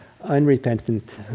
unrepentant